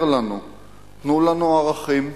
תנו לנו ערכים,